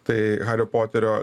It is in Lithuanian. tai hario poterio